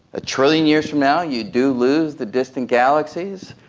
a trillion years from now you do lose the distant galaxies.